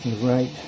right